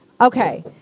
okay